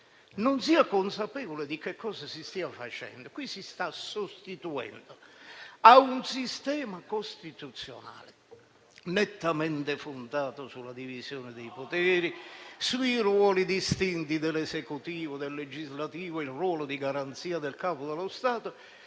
non sia consapevole di cosa si stia facendo. Qui si sta sostituendo a un sistema costituzionale nettamente fondato sulla divisione dei poteri, sui ruoli distinti dell'esecutivo e del legislativo e sul ruolo di garanzia del Capo dello Stato,